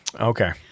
Okay